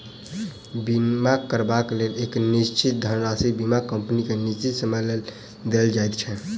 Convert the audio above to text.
बीमा करयबाक लेल एक निश्चित धनराशि बीमा कम्पनी के निश्चित समयक लेल देल जाइत छै